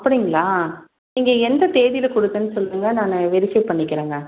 அப்படிங்களா நீங்கள் எந்த தேதியில் கொடுத்தேன்னு சொல்லுங்க நான் வெரிஃபை பண்ணிக்கிறேங்க